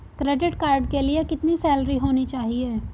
Credit card के लिए कितनी सैलरी होनी चाहिए?